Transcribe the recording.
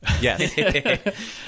Yes